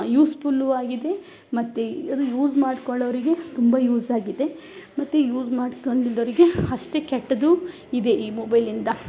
useful ಆಗಿದೆ ಮತ್ತು ಅದು ಯೂಸ್ ಮಾಡಿಕೊಳ್ಳೊರಿಗೆ ತುಂಬ ಯೂಸ್ ಆಗಿದೆ ಮತ್ತು ಯೂಸ್ ಮಾಡ್ಕೊಂಡಿದ್ದವ್ರಿಗೆ ಅಷ್ಟೇ ಕೆಟ್ಟದ್ದು ಇದೆ ಈ ಮೊಬೈಲಿಂದ